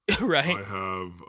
Right